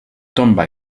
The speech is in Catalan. tomba